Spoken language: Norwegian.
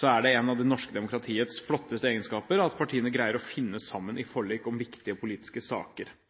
er det en av det norske demokratiets flotteste egenskaper at partiene greier å finne sammen i forlik